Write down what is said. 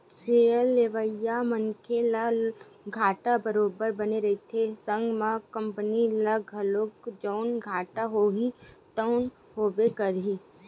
share लेवइया मनखे ल घाटा बरोबर बने रहिथे संग म कंपनी ल घलो जउन घाटा होही तउन होबे करही